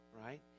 Right